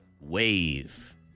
Wave